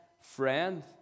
friend